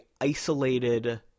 isolated